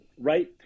right